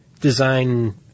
design